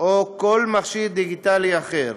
או בכל מכשיר דיגיטלי אחר.